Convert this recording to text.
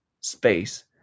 space